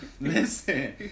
Listen